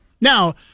Now